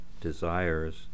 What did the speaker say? desires